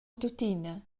tuttina